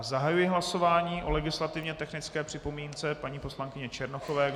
Zahajuji hlasování o legislativně technické připomínce paní poslankyně Černochové.